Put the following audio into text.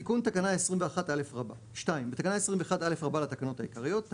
תיקון תקנה 21א בתקנה 21א רבה לתקנות העיקריות,